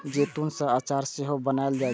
जैतून सं अचार सेहो बनाएल जाइ छै